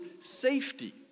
safety